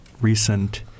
recent